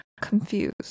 confused